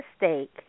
mistake